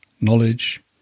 knowledge